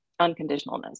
unconditionalness